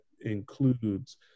includes